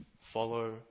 Follow